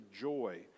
joy